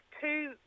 two